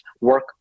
work